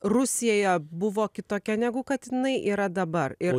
rusija buvo kitokia negu kad jinai yra dabar ir